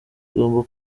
tugomba